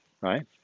right